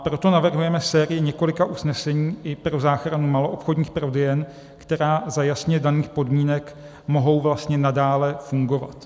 Proto navrhujeme sérii několika usnesení i pro záchranu maloobchodních prodejen, které za jasně daných podmínek mohou vlastně nadále fungovat.